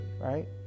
right